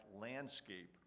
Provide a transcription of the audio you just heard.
landscape